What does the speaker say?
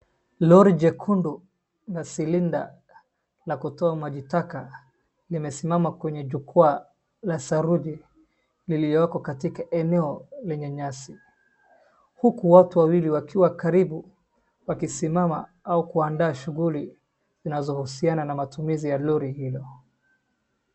Lori jekundu na silinda la kutoa majitaka limesimama kwenye jukwaa la saruji lililoko katika eneo lenye nyasi. Huku watu wawili wakiwa karibu wakisimama au kuandaa shughuli zinazohusiana na matumizi ya lori hilo.